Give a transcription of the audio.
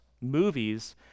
movies